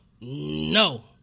No